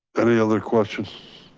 any other questions?